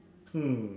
hmm